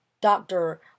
doctor